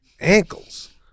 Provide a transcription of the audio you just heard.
ankles